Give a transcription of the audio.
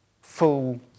full